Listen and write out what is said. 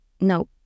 No